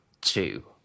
two